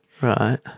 Right